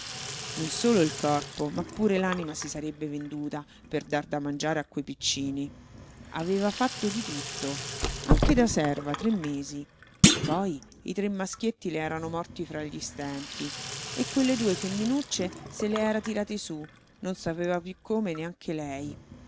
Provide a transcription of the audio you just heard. non solo il corpo ma pure l'anima si sarebbe venduta per dar da mangiare a quei piccini aveva fatto di tutto anche da serva tre mesi poi i tre maschietti le erano morti fra gli stenti e quelle due femminucce se le era tirate su non sapeva più come neanche lei